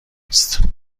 نیست